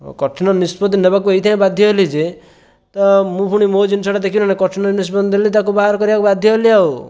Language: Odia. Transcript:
କଠିନ ନିଷ୍ପତି ନେବାକୁ ଏଇଥିପାଇଁ ବାଧ୍ଯ ହେଲି ଯେ ତ ମୁଁ ଫୁଣି ମୋ' ଜିନିଷଟା ଦେଖିବି ନା ନାଇଁ କଠିନ ନିଷ୍ପତ୍ତି ନେଲି ତା'କୁ ବାହାର କରିବାକୁ ବାଧ୍ଯ ହେଲି ଆଉ